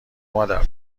مادر